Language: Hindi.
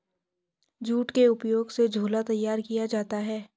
जूट के उपयोग से झोला तैयार किया जाता है